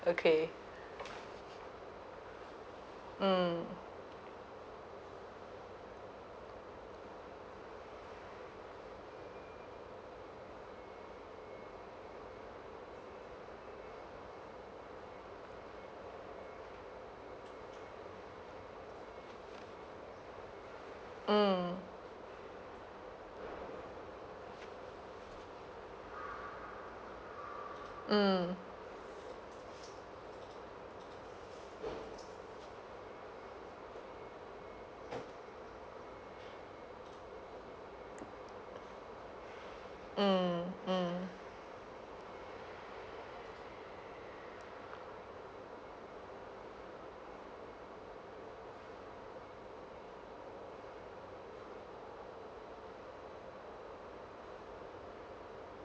okay mm mm mm mm mm